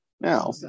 Now